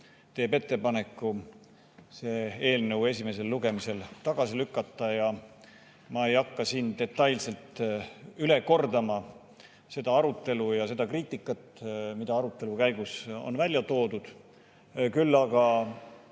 teeb ettepaneku see eelnõu esimesel lugemisel tagasi lükata. Ma ei hakka siin detailselt üle kordama seda arutelu ja seda kriitikat, mida arutelu käigus on välja toodud. Küll aga